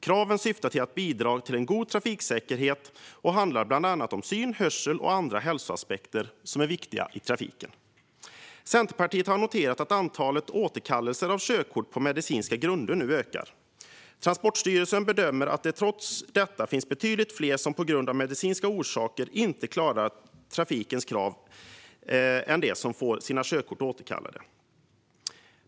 Kraven syftar till att bidra till god trafiksäkerhet och handlar bland annat om syn, hörsel och andra hälsoaspekter som är viktiga i trafiken. Centerpartiet har noterat att antalet återkallelser av körkort på medicinska grunder nu ökar. Transportstyrelsen bedömer att det trots detta finns betydligt fler som på grund av medicinska orsaker inte klarar trafikens krav än de som får sina körkort återkallade.